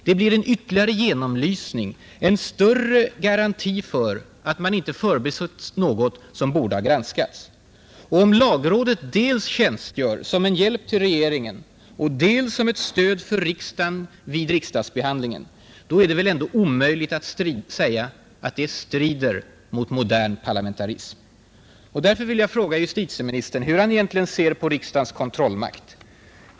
Det blir en ytterligare genomlysning och en större garanti för att man inte har förbisett något som borde ha granskats. Om lagrådet dels tjänstgör som en hjälp åt regeringen, dels som ett stöd åt riksdagen vid riksdagsbehandlingen, är det väl ändå omöjligt att säga, att det strider mot ”modern parlamentarism”. Därför vill jag fråga justitieministern, hur han egentligen ser på riksdagens kontrollmakt.